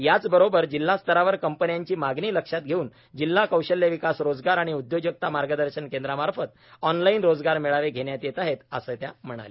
याचबरोबर जिल्हा स्तरावर कंपन्यांची मागणी लक्षात घेऊन जिल्हा कौशल्य विकास रोजगार आणि उद्योजकता मार्गदर्शन केंद्रामार्फत ऑनलाइन रोजगार मेळावे घेण्यात येत आहेत असे त्या म्हणाल्या